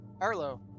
Arlo